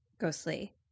Ghostly